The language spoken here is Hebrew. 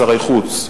שרי חוץ,